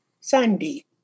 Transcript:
Sunday